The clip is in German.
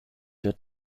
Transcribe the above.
der